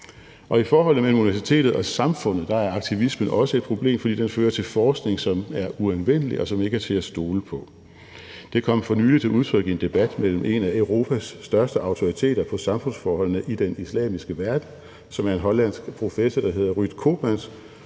I forholdet mellem universitetet og samfundet er aktivismen også et problem, fordi den fører til forskning, som er uanvendelig, og som ikke er til at stole på. Det kom for nylig til udtryk i en debat mellem en af Europas største autoriteter på området, når det handler om samfundsforholdene i den islamiske verden, nemlig en hollandsk professor, der hedder Ruud Koopmans,